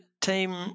team